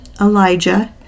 Elijah